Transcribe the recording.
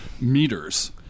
meters